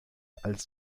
als